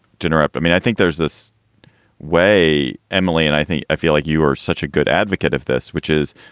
general but i mean, i think there's this way, emily. and i think i feel like you are such a good advocate of this, which is